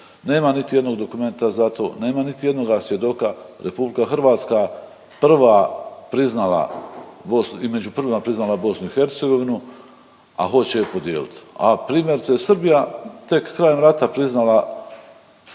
nema niti jednog dokumenta za to, nema niti jednoga svjedoka, RH prva priznala Bosnu i među prvima priznala BiH, a hoće je podijelit, a primjerice Srbija tek krajem rata priznala